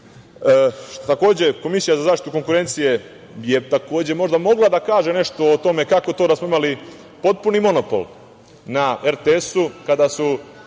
slučaj. Takođe, Komisija za zaštitu konkurencije je možda mogla da kaže nešto o tome kako to da smo imali potpuni monopol na RTS-u kada su